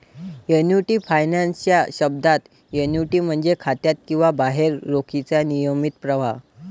annuity finance च्या शब्दात, annuity म्हणजे खात्यात किंवा बाहेर रोखीचा नियमित प्रवाह